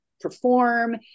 perform